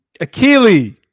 Achilles